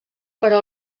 però